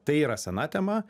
tai yra sena tema